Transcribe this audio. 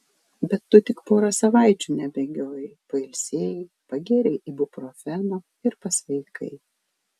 bet tu tik porą savaičių nebėgiojai pailsėjai pagėrei ibuprofeno ir pasveikai